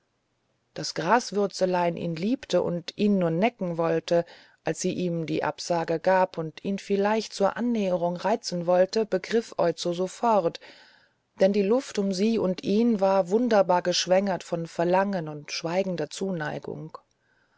daß graswürzelein ihn liebte und ihn nur necken wollte als sie ihm die absage gab und ihn vielleicht zur annäherung reizen wollte begriff oizo sofort denn die luft um sie und ihn war wunderbar geschwängert von verlangen und schweigender zuneigung